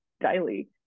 daily